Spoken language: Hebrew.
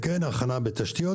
ברור שצריכה להיות הכנה של תשתיות,